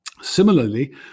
Similarly